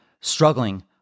struggling